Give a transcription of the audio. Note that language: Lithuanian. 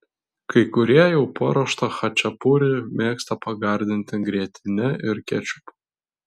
kai kurie jau paruoštą chačapuri mėgsta pagardinti grietine ir kečupu